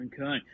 Okay